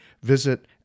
Visit